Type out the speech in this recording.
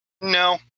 No